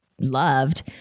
loved